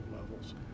levels